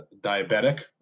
diabetic